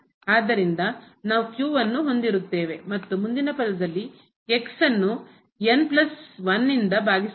ಆದ್ದರಿಂದ ನಾವು ನ್ನು ಹೊಂದಿರುತ್ತೇವೆಮತ್ತು ಮುಂದಿನ ಪದದಲ್ಲಿ ಅನ್ನು ನಿಂದ ಭಾಗಿಸಲಾಗಿದೆ